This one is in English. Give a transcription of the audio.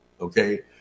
okay